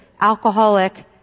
alcoholic